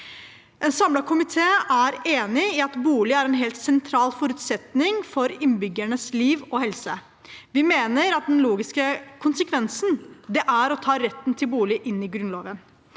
En samlet komité er enig i at bolig er en helt sentral forutsetning for innbyggernes liv og helse. Vi mener at den logiske konsekvensen av det er å ta retten til bolig inn i Grunnloven.